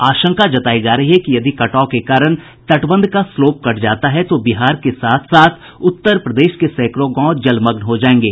आशंका जतायी जा रही है कि यदि कटाव के कारण तटबंध का स्लोप कट जाता है तो बिहार के साथ साथ उत्तर प्रदेश के सैंकड़ों गांव जलमग्न हो जायेंगे